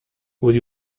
would